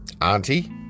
auntie